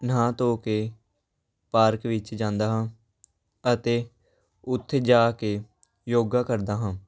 ਨਹਾ ਧੋ ਕੇ ਪਾਰਕ ਵਿੱਚ ਜਾਂਦਾ ਹਾਂ ਅਤੇ ਉੱਥੇ ਜਾ ਕੇ ਯੋਗਾ ਕਰਦਾ ਹਾਂ